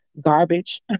garbage